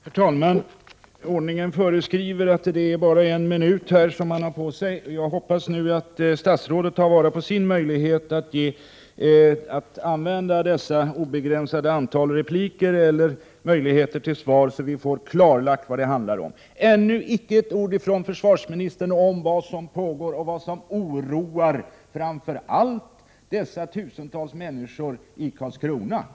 Herr talman! Ordningen föreskriver att man bara har en minut på sig att svara. Jag hoppas att statsrådet använder sin möjlighet att svara, så att vi får klarlagt vad detta handlar om. Försvarsministern har ännu icke sagt ett ord om det som pågår och den framtid som framför allt oroar dessa tusentals människor i Karlskrona.